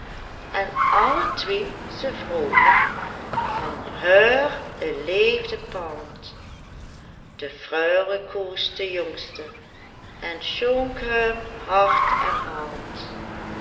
en alle twie ze vrogen van her e leefdepaand de frele koos de jongste en schonk hem hart en haand